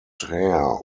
hair